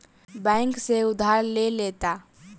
bank से उधार ले लेता